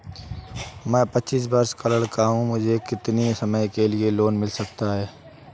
मैं पच्चीस वर्ष का लड़का हूँ मुझे कितनी समय के लिए लोन मिल सकता है?